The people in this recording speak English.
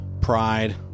Pride